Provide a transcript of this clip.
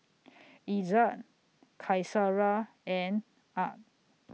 Izzat Qaisara and Ahad